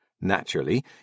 Naturally